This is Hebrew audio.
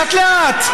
לאט-לאט.